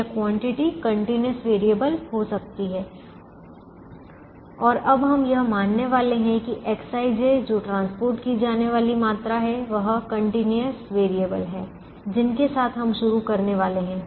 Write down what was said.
या quantity continuous variable हो सकती हैं और अब हम यह मानने वाले हैं कि Xij जो परिवहन की जाने वाली मात्रा है वह कंटीन्यूअस वेरिएबल है जिनके साथ हम शुरू करने वाले हैं